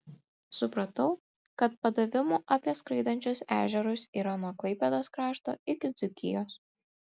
supratau kad padavimų apie skraidančius ežerus yra nuo klaipėdos krašto iki dzūkijos